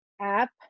app